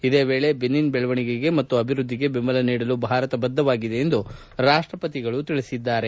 ಇದೇ ವೇಳೆ ಬೆನಿನ್ ಬೆಳವಣಿಗೆಗೆ ಮತ್ತು ಅಭಿವೃದ್ದಿಗೆ ಬೆಂಬಲ ನೀಡಲು ಭಾರತ ಬದ್ದವಾಗಿದೆ ಎಂದು ರಾಷ್ಷಪತಿಗಳು ಪ್ರತಿಪಾದಿಸಿದ್ದಾರೆ